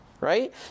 right